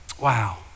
Wow